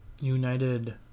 United